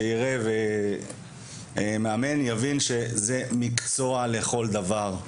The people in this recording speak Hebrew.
שיראה מאמן יבין שזהו מקצוע לכל דבר.